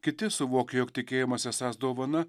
kiti suvokia jog tikėjimas esąs dovana